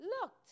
looked